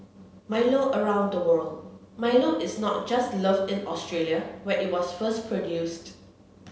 Milo around the world Milo is not just loved in Australia where it was first produced